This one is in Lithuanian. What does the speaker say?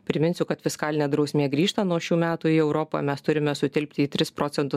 priminsiu kad fiskalinė drausmė grįžta nuo šių metų į europą mes turime sutilpti į tris procentus